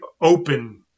open